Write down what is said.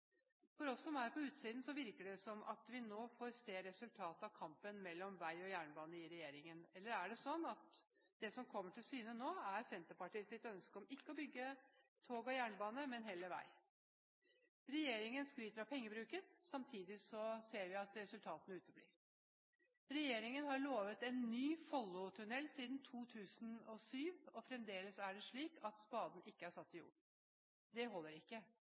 For oss som er på utsiden, virker det som at vi nå får se resultatet av kampen mellom vei og jernbane i regjeringen – eller er det sånn at det som kommer til syne, er Senterpartiets ønske om ikke å bygge tog og jernbane, men heller vei? Regjeringen skryter av pengebruken. Samtidig ser vi at resultatene uteblir. Regjeringen har lovet en ny Follotunell siden 2007, men fremdeles er det slik at spaden ikke er satt i jorden. Det holder ikke.